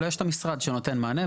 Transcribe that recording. אלא יש את המשרד שנותן מענה.